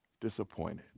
disappointed